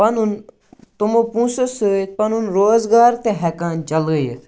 پَنُن تِمو پونٛسو سۭتۍ پَنُن روزگار تہِ ہٮ۪کان چَلٲیِتھ